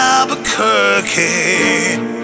Albuquerque